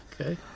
okay